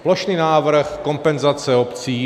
Plošný návrh kompenzace obcím.